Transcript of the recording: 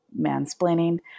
mansplaining